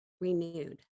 renewed